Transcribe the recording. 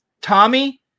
Tommy